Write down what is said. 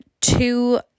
two